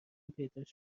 پیداش